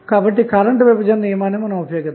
కాబట్టి కరెంటు విభజన నియమాన్ని ఉపయోగిద్దాం